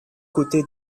côté